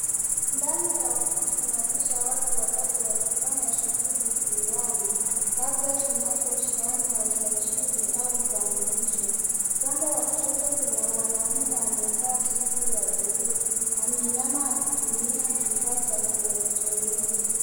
Ndani ya ofisi inaonyesha watu watatu wakifanya shughuli fulani labda zinazohusiana na usajili au utambulisho. Upande wa kushoto kuna mwanaume amevaa suti ya buluu ameinama akitumia kifaa cha kielektloniki.